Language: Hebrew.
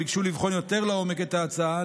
והם ביקשו לבחון יותר לעומק את ההצעה,